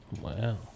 Wow